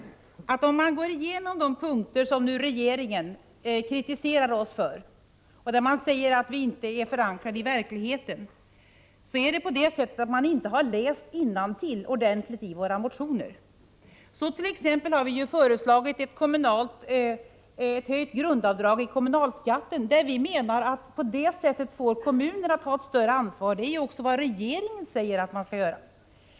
Om man går igenom de punkter där regeringen nu kritiserar oss och säger att vi inte är förankrade i verkligheten, finner man att regeringen inte läst innantill ordentligt i våra motioner. Vi har t.ex. föreslagit ett höjt grundavdrag i fråga om kommunalskatten. Vi menar att kommunerna därigenom får ta ett större ansvar. Det är ju också vad regeringen säger att man skall göra.